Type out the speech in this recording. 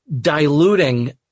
diluting